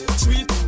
sweet